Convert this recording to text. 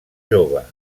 jove